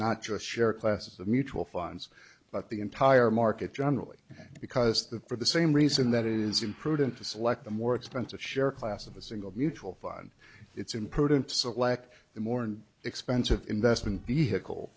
not just share classes of mutual funds but the entire market generally because that for the same reason that it is imprudent to select the more expensive share class of a single mutual fund it's imprudent to select the more an expensive investment vehicle